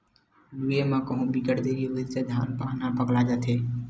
लूए म कहु बिकट देरी होइस त धान पान ह पकला जाथे